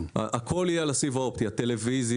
הכול יהיה על הסיב האופטי הטלוויזיה,